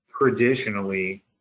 traditionally